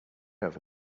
over